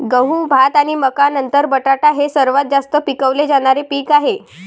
गहू, भात आणि मका नंतर बटाटा हे सर्वात जास्त पिकवले जाणारे पीक आहे